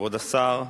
כבוד השר,